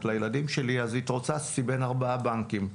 לילדים שלי אז התרוצצתי בין ארבעה בנקים,